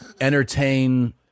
entertain